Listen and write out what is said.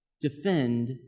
defend